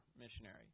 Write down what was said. missionary